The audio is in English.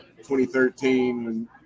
2013